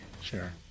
Sure